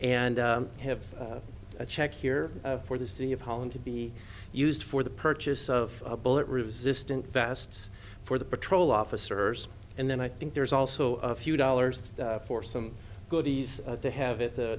and have a check here for the city of holland to be used for the purchase of a bullet resistant vests for the patrol officers and then i think there's also a few dollars for some goodies to have it the